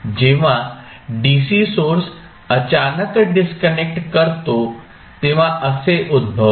जेव्हा DC source अचानक disconnect करतो तेव्हा असे उद्भवते